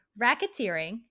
racketeering